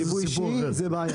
זה נכון מה שחבר הכנסת דנינו אומר?